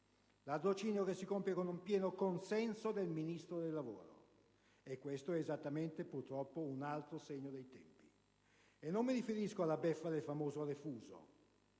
ladrocinio che si compie con il pieno consenso del Ministro del lavoro. Questo è esattamente, purtroppo, un altro segno dei tempi. E non mi riferisco alla beffa del famoso refuso;